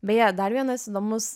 beje dar vienas įdomus